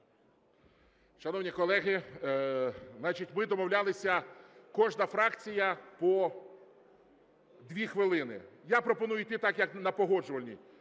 Шановні колеги, значить, ми домовлялися, кожна фракція по 2 хвилини. Я пропоную йти так, як на погоджувальній,